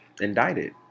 indicted